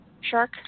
Shark